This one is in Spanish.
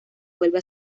vuelva